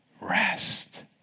Rest